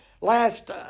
last